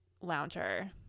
Lounger